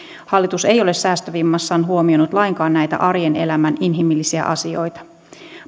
hallitus ei ole säästövimmassaan huomioinut lainkaan näitä arjen elämän inhimillisiä asioita